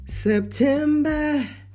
September